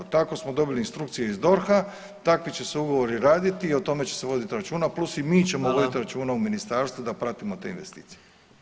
Tako smo dobili instrukcije iz DORH-a, takvi će se ugovori raditi i o tome će se voditi računa, plus i mi ćemo voditi računa u ministarstvu da pratimo te investicije.